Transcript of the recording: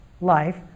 life